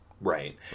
Right